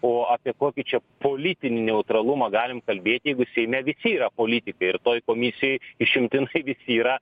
o apie kokį čia politinį neutralumą galim kalbėt jeigu seime visi yra politikai ir toj komisijoj išimtinai visi yra